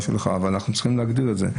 אנחנו צריכים להגדיר את זה.